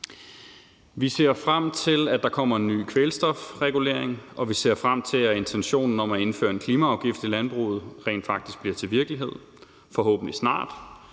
Vi ser frem til, at der kommer ny kvælstofregulering, og vi ser frem til, at intentionen om at indføre en klimaafgift i landbruget rent faktisk bliver til virkelighed – forhåbentlig snart